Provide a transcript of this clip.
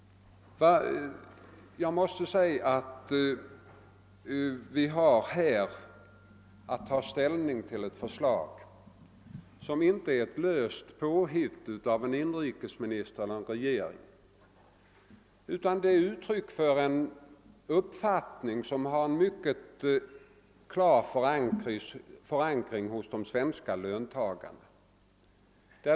Vi har här att ta ställning till ett förslag, som inte är löst påhittat av en inrikesminister eller av regeringen utan som är uttryck för en uppfattning som har en mycket klar förankring hos de svenska löntagarna.